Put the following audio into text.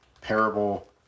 parable